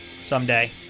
someday